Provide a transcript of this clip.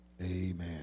Amen